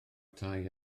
tai